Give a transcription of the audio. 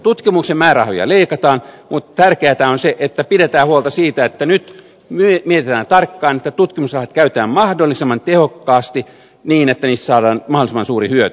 tutkimuksen määrärahoja leikataan mutta tärkeätä on se että pidetään huolta siitä että nyt mietitään tarkkaan että tutkimusrahat käytetään mahdollisimman tehokkaasti niin että niistä saadaan mahdollisimman suuri hyöty